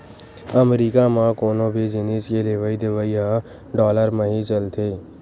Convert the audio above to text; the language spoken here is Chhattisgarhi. अमरीका म कोनो भी जिनिस के लेवइ देवइ ह डॉलर म ही चलथे